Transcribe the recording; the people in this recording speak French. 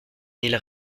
mille